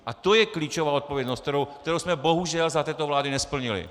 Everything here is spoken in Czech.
A to je klíčová odpovědnost, kterou jsme bohužel za této vlády nesplnili.